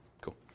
Cool